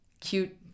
Cute